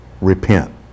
repent